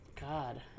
God